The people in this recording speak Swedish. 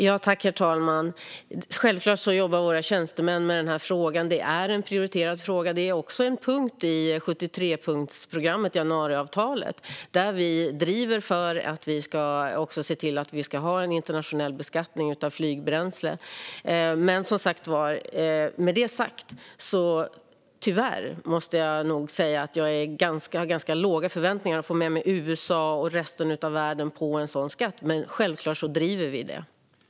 Herr talman! Självklart jobbar våra tjänstemän med den här frågan. Det är en prioriterad fråga, och det är även en punkt i 73-punktsprogrammet - januariavtalet - där vi driver på för en internationell beskattning av flygbränsle. Med det sagt måste jag nog tyvärr meddela att jag har ganska låga förväntningar när det gäller att få med mig USA och resten av världen på en sådan skatt, men självklart driver vi detta.